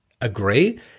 agree